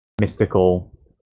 mystical